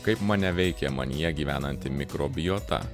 kaip mane veikia manyje gyvenanti mikrobiota